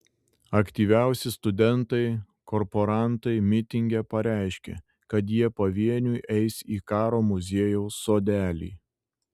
aktyviausi studentai korporantai mitinge pareiškė kad jie pavieniui eis į karo muziejaus sodelį